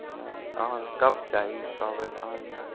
नहि अहाँकेँ कब चाही कहबै तहन ने